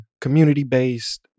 community-based